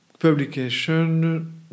Publication